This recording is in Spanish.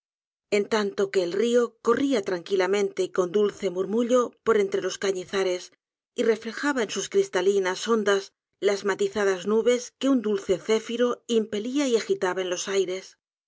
en tanto que el rio corría tranquilamente y con dulce murmullo por entre los cañizares y reflejaba en sus cristalinas ondas las matizadas nubes que un dulce céfiro impelía y agitaba en los aires